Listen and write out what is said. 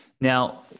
Now